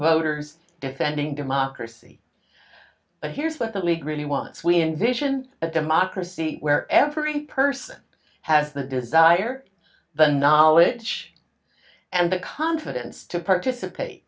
voters defending democracy and here's what the league really wants we envision a democracy where every person has the desire the knowledge and the confidence to participate